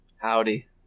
Howdy